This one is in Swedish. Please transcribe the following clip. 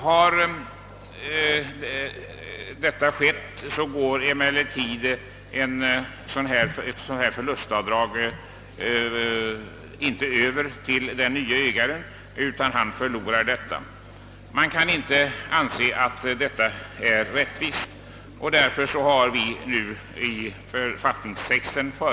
Har detta skett, går emellertid ett dylikt förlustavdrag inte över till den nye ägaren, utan han förlorar det. Man kan inte anse att detta är rättvist, och därför har vi föreslagit en ändring i författningstexten.